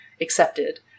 accepted